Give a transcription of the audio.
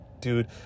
dude